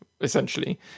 essentially